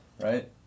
Right